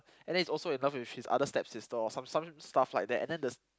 and then he's also in love with his other stepsister or some some stuff like that and then the